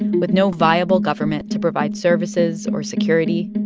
with no viable government to provide services or security,